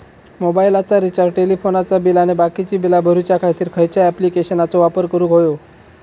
मोबाईलाचा रिचार्ज टेलिफोनाचा बिल आणि बाकीची बिला भरूच्या खातीर खयच्या ॲप्लिकेशनाचो वापर करूक होयो?